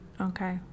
Okay